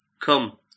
come